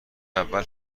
اول